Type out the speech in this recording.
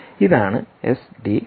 ഇതാണ് എസ്ഡിഎ